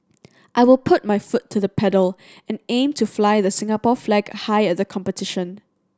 I will put my foot to the pedal and aim to fly the Singapore flag high at the competition